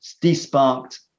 de-sparked